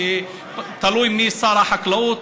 שתלוי מי שר החקלאות,